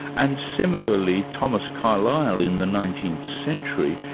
and similarly, thomas carlyle in the nineteenth century,